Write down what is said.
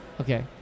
Okay